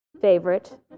favorite